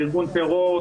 ארגון טרור,